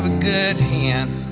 good hand